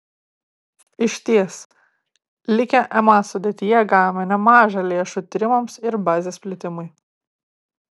išties likę ma sudėtyje gavome nemaža lėšų tyrimams ir bazės plėtimui